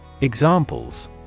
Examples